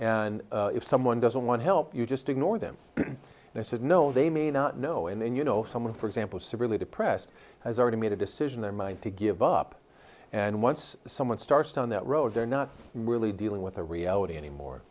and if someone doesn't want help you just ignore them and i said no they may not know and then you know someone for example severely depressed has already made a decision their mind to give up and once someone starts down that road they're not really dealing with a reality anymore